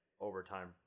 overtime